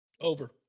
Over